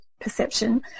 perception